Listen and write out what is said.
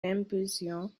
d’impulsion